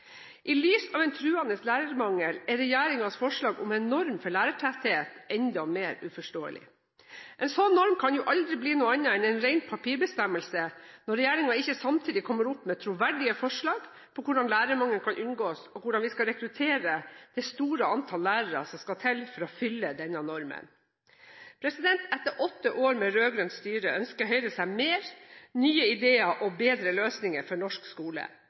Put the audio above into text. I lys av en truende lærermangel er regjeringens forslag om en norm for lærertetthet enda mer uforståelig. En slik norm kan aldri bli noe annet enn en ren papirbestemmelse, når regjeringen ikke samtidig kommer opp med troverdige forslag til hvordan lærermangelen kan unngås, og hvordan vi skal rekruttere det store antallet lærere som skal til for å fylle denne normen. Etter åtte år med rød-grønt styre ønsker Høyre seg mer nye ideer og bedre løsninger for norsk skole.